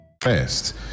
First